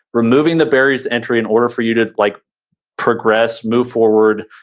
removing the barriers to entry in order for you to like progress, move forward,